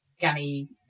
gani